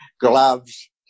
gloves